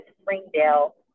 Springdale